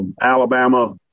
Alabama